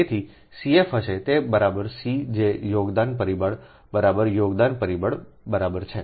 તેથી CF હશે તે બરાબર C જે યોગદાન પરિબળ બરાબર યોગદાન પરિબળ બરાબર છે